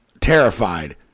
terrified